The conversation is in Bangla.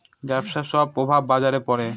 ব্যবসার সব প্রভাব বাজারে পড়ে